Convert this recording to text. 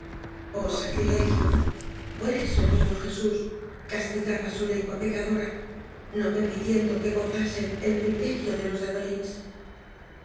oh sacrilegio por eso el niño jeús castigaba su lengua pecadora no permitiendo que gozasen el privilegio de los